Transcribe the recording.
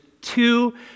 two